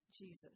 Jesus